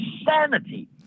insanity